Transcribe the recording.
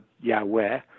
yahweh